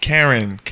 Karen